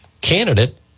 candidate